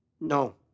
No